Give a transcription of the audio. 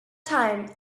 time